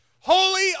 Holy